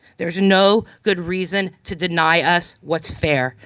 there is no good reason to deny us what's fair.